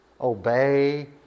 obey